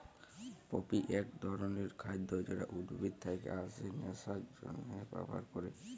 poppy এক ধরণের খাদ্য যেটা উদ্ভিদ থেকে আসে নেশার জন্হে ব্যবহার ক্যরে